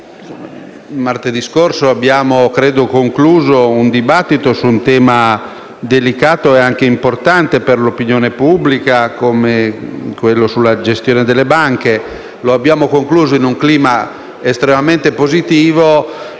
Martedì scorso abbiamo concluso il dibattuto su un tema delicato ed importante per l'opinione pubblica come quello sulla gestione delle banche e lo abbiamo fatto in un clima estremamente positivo,